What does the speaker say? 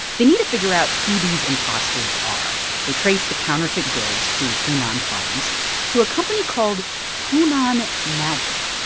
they need to figure out who these impostors are. they trace the counterfeit goods to hunan province to a company called hunan magic.